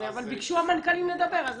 אבל ביקשו המנכ"לים לדבר.